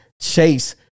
chase